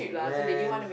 when